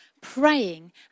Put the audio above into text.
praying